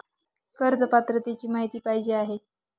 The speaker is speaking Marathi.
कर्ज पात्रतेची माहिती पाहिजे आहे?